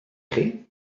chi